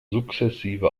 sukzessive